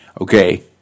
Okay